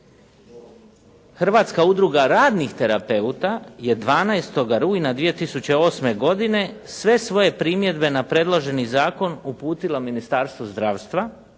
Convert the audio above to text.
Hrvatska udruga radnih terapeuta je 12. rujna 2008. godine sve svoje primjedbe na predloženi zakon uputila Ministarstvu zdravstva